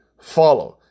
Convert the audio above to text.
Follow